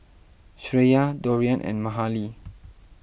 Shreya Dorian and Mahalie